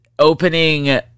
opening